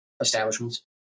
establishments